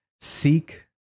seek